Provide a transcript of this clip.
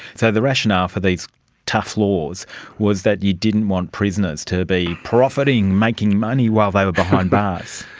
so the rationale for these tough laws was that you didn't want prisoners to be profiting, making money while they were behind bars.